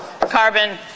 carbon